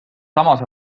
samas